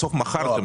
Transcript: בסוף מכרתם.